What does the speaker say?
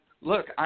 look